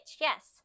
yes